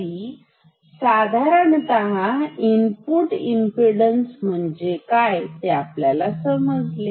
तरी साधारणतः input impedance म्हणजे काय ते आपल्याला समजले